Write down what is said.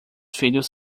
filhos